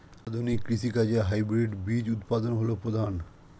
আধুনিক কৃষি কাজে হাইব্রিড বীজ উৎপাদন হল প্রধান